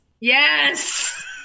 yes